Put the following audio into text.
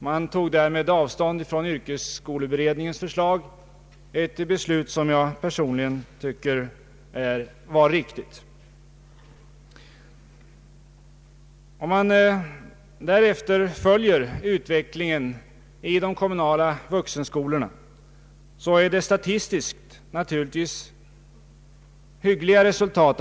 Man tog därmed avstånd från yrkesskoleberedningens förslag om speciella vuxenutbildningsinstitut, ett beslut som jag personligen tycker var riktigt. Om man följer utvecklingen för de kommunala vuxenskolorna kan man naturligtvis statistiskt sett peka på ett hyggligt resultat.